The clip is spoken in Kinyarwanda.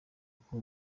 uko